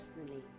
personally